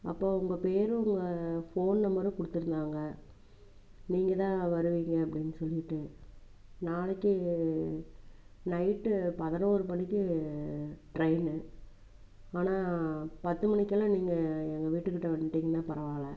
அப்போ உங்கள் பேரும் உங்கள் ஃபோன் நம்பரும் கொடுத்துருந்தாங்க நீங்கள் தான் வருவீங்க அப்படினு சொல்லிட்டு நாளைக்கு நைட்டு பதினோரு மணிக்கு ட்ரைன்னு ஆனால் பத்து மணிக்குலாம் நீங்கள் எங்கள் வீட்டு கிட்ட வந்துடிங்கனா பரவாயில்ல